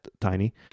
tiny